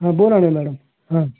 हां बोला ना मॅडम हां